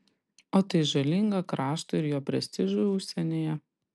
o tai žalinga kraštui ir jo prestižui užsienyje